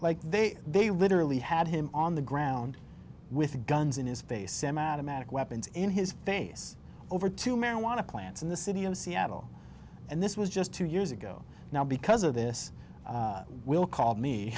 like they they literally had him on the ground with guns in his face semiautomatic weapon in his face over two marijuana plants in the city of seattle and this was just two years ago now because of this will called me